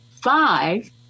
Five